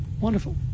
Wonderful